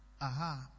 Aha